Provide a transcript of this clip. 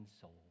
soul